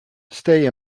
stay